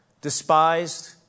despised